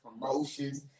promotions